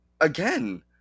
again